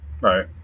right